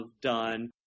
done